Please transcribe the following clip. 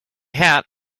hat